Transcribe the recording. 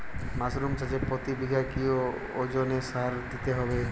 Mushroom চাষে প্রতি বিঘাতে কি ওজনে সার দিতে হবে?